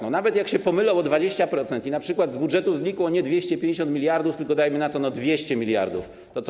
Nawet jak się pomylą o 25% i np. z budżetu znikło nie 250 mld, tylko - dajmy na to - 200 mld, to co?